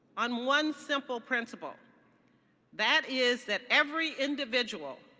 on one simple principle that is that every individual,